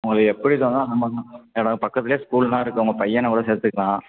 உங்களுக்கு எப்படி தோணுதோ அந்தமாதிரி தான் சார் இடம் பக்கத்துலேயே ஸ்கூல்லாம் இருக்குது உங்க பையனை கூட சேர்த்துக்கலாம்